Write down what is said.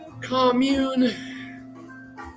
Commune